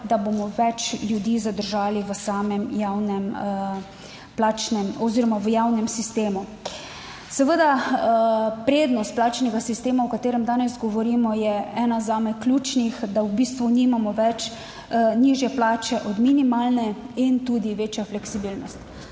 da bomo več ljudi zadržali v samem javnem plačnem oziroma v javnem sistemu. Seveda prednost plačnega sistema, o katerem danes govorimo je ena zame ključnih, da v bistvu nimamo več nižje plače od minimalne in tudi večja fleksibilnost.